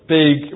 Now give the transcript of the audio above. big